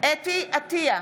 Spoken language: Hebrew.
אתי עטייה,